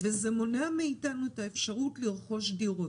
וזה מונע מאיתנו את האפשרות לרכוש דירות.